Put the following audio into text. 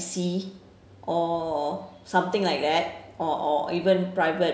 E_C or something like that or or even private